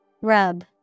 Rub